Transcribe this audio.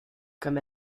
come